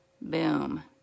Boom